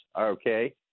okay